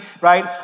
right